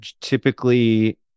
typically